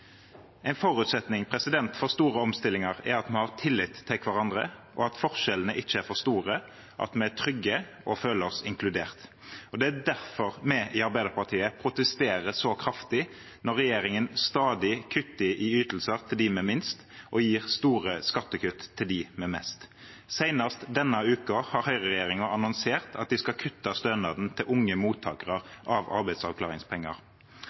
En forutsetning for store omstillinger er at vi har tillit til hverandre, at forskjellene ikke er for store, og at vi er trygge og føler oss inkludert. Det er derfor vi i Arbeiderpartiet protesterer så kraftig når regjeringen stadig kutter i ytelser til dem med minst og gir store skattekutt til dem med mest. Senest denne uken har høyreregjeringen annonsert at de skal kutte stønaden til unge mottakere av arbeidsavklaringspenger.